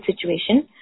situation